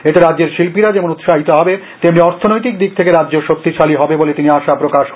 এতে রাজ্যের শিল্পীরা যেমন উৎসাহিত হবে তেমনি অর্থনৈতিক দিক থেকে রাজ্য শক্তিশালী হবে বলে তিনি আশা প্রকাশ করেন